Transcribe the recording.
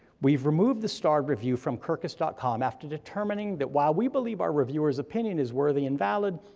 we've removed the starred review from kirkus dot com after determining that while we believe our reviewer's opinion is worthy and valid,